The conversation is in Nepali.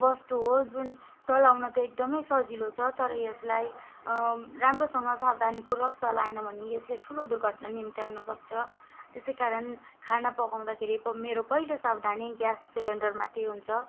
बस्तु हो जुन चलाउन त एकदम सजिलो छ तर यसलाई राम्रोसँग सावधानीपूर्वक चलाएन भने यसले ठुलो दुर्घटना निम्त्याउन सक्छ त्यसै कारण खाना पकाउदाखेरिको मेरो पहिलो सावधानी ग्यास सिलिन्डरमाथि हुन्छ